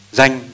danh